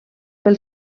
pel